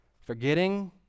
forgetting